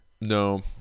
No